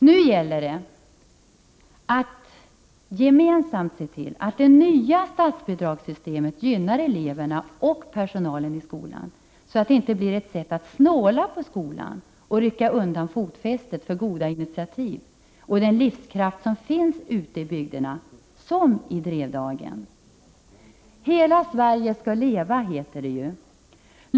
Nu gäller det att 30 november 1988 gemensamt se till att det nya statsbidragssystemet gynnar eleverna och Im oja personalen i skolan så att detta inte blir ett sätt att snåla på skolan, rycka undan fotfästet för goda initiativ och den livskraft som finns ute i bygderna, såsom i Drevdagen. Hela Sverige skall leva, heter det ju.